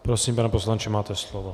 Prosím, pane poslanče, máte slovo.